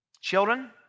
Children